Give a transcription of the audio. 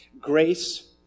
grace